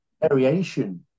variation